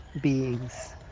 beings